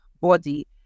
body